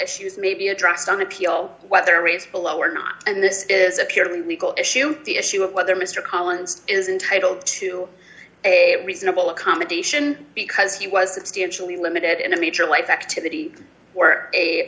issues may be addressed on appeal whether rates below or not and this is a purely legal issue the issue of whether mr collins is entitled to a reasonable accommodation because he was substantially limited in a major life activity for a